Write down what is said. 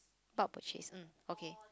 bulk purchase mm okay